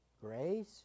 grace